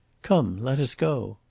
come, let us go!